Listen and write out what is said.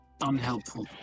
unhelpful